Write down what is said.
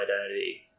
identity